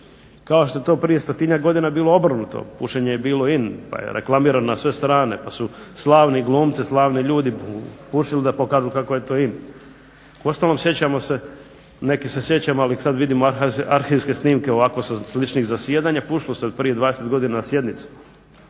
kao što je to prije stotinjak godina bilo obrnuto. Pušenje je bilo in pa je reklamirano na sve strane. Pa su slavni glumci, slavni ljudi pušili da pokažu kako je to in. Uostalom sjećamo se neki se sjećamo, ali sad vidimo arhivske snimke ovako sa sličnih zasjedanja. Pušilo se od prije 20 godina na sjednicama.